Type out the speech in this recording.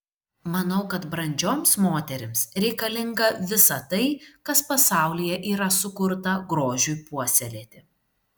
manau kad brandžioms moterims reikalinga visa tai kas pasaulyje yra sukurta grožiui puoselėti